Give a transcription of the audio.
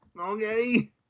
okay